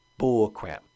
bullcrap